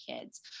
kids